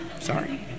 sorry